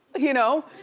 you know,